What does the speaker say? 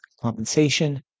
compensation